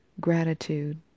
gratitude